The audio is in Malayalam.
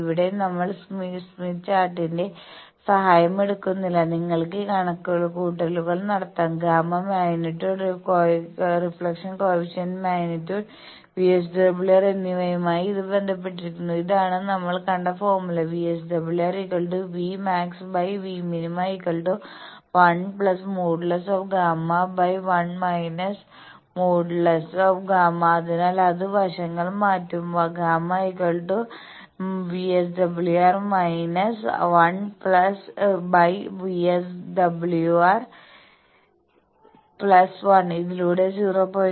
ഇവിടെ നമ്മൾ സ്മിത്ത് ചാർട്ടിന്റെ സഹായം എടുക്കുന്നില്ല നിങ്ങൾക്ക് ഈ കണക്കുകൂട്ടലുകൾ നടത്താം gamma magnitude reflection coefficient magnitude VSWR എന്നിവയുമായി ഇത് ബന്ധപ്പെട്ടിരിക്കുന്നു ഇതാണ് നമ്മൾ കണ്ട ഫോർമുല VSWR V maxVmin 1|Γ|1 |Γ| അതിനാൽ അത് വശങ്ങൾ മാറ്റും Γ VSWR−1 VSWR 1 ഇതിലൂടെ 0